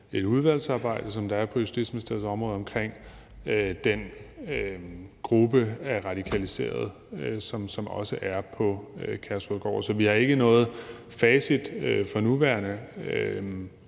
et udvalgsarbejde, som der er på Justitsministeriets område, omkring den gruppe af radikaliserede, som også er på Kærshovedgård. Så vi har ikke noget facit for nuværende.